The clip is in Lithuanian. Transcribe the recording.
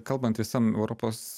kalbant visam europos